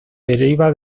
deriva